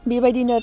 बेबायदिनो